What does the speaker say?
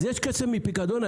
יש כסף מפיקדון?